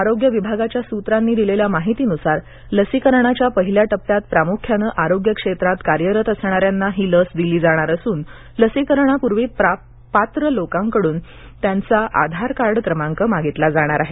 आरोग्य विभागाच्या सूत्रांनी दिलेल्या माहितीनुसार लसीकरणाच्या पहिल्या टप्प्यात प्रामुख्यानं आरोग्य क्षेत्रात कार्यरत असणाऱ्यांना ही लस दिली जाणार असून लसीकरणापूर्वी पात्र लोकांकडून त्यांचा आधार कार्ड क्रमांक मागितला जाणार आहे